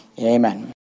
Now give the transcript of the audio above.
Amen